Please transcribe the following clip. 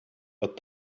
but